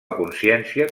consciència